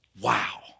wow